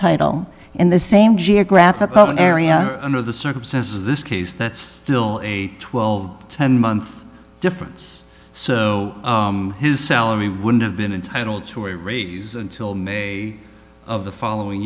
title in the same geographical area under the circumstances this case that's still a twelve month difference so his salary wouldn't have been entitle to a raise until may of the following